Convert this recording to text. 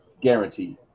Guaranteed